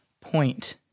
point